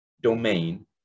domain